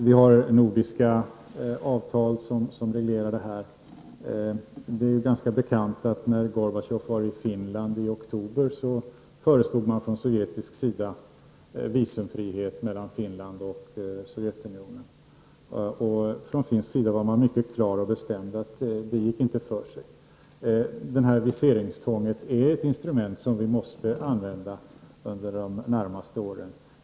Vi har nordiska avtal som reglerar detta. Det är ganska bekant att man när Gorbatjov var i Finland i oktober från sovjetisk sida föreslog visumfrihet mellan Finland och Sovjetunionen. Från finsk sida var man mycket klar och bestämd över att det inte gick för sig. Viseringstvånget är ett instrument som vi måste använda under de närmaste åren.